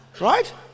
right